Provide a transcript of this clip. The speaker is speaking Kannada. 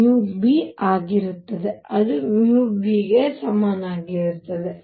B ಆಗಿರುತ್ತದೆ ಅದು zB ಗೆ ಸಮನಾಗಿರುತ್ತದೆ